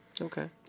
Okay